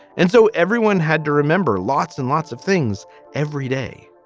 and so everyone had to remember lots and lots of things every day